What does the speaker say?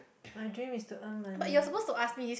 my dream is to earn money